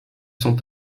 sont